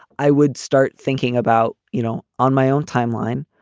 i would start thinking about, you know, on my own timeline,